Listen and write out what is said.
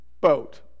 boat